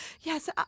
yes